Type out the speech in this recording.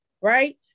right